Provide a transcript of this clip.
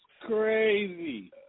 crazy